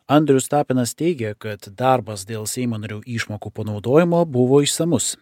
andrius tapinas teigia kad darbas dėl seimo narių išmokų panaudojimo buvo išsamus